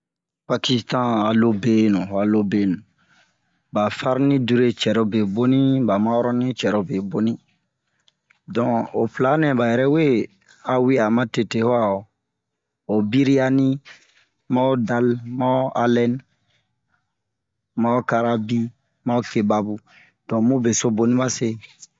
Pakistan a lo-benu ho a lo-benu ɓa farni dure cɛrobe boni ɓa makɔrɔni cɛrobe boni donk ho pla nɛ ɓa yɛrɛ wee a we'a matete ho a ho biriyani a ho dale ma ho alɛne a ho karabi ma ho kebabu donk mu beso boni ɓa se